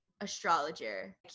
astrologer